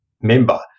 member